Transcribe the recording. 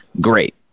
Great